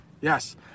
Yes